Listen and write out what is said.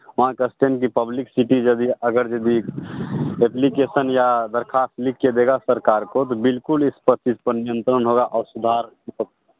वहाँ के स्टैन्ड की पब्लिसिटी अगर यदि अप्लीकेशन या दरख्वास्त लिख के देगा सरकार को तो बिल्कुल इसपर नियंत्रण होगा और सुधार